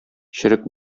черек